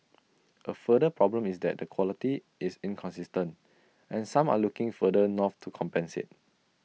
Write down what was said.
A further problem is that the quality is inconsistent and some are looking further north to compensate